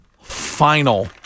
final